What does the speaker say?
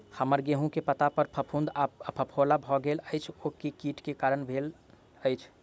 हम्मर गेंहूँ केँ पत्ता पर फफूंद आ फफोला भऽ गेल अछि, ओ केँ कीट केँ कारण भेल अछि?